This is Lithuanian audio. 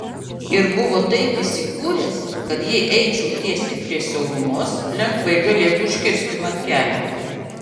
ir buvo taip įsikūręs kad jei eičiau tiesiai prie siaurumos lengvai galėtų užkirsti man kelią